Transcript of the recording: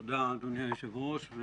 תודה אדוני היושב ראש.